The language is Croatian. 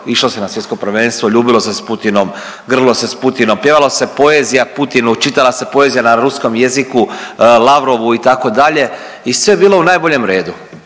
išlo se na svjetsko prvenstvo, ljubilo se s Putinom, grlilo se s Putinom, pjevalo se poezija Putinu, čitala se poezija na ruskom jeziku, Lavrovu, itd. i sve je bilo u najboljem redu.